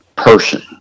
person